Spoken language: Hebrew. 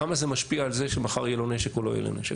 כמה זה משפיע על זה שמחר יהיה לו נשק או לא יהיה לו נשק.